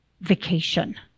vacation